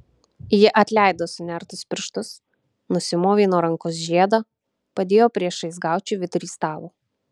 ji atleido sunertus pirštus nusimovė nuo rankos žiedą padėjo priešais gaučį vidury stalo